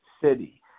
city